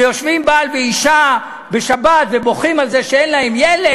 ויושבים בעל ואישה בשבת ובוכים על זה שאין להם ילד,